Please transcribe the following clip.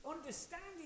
understanding